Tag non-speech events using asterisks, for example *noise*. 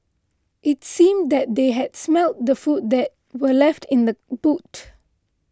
it seemed that they had smelt the food that were left in the *noise* boot